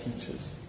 teachers